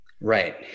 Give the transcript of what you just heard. Right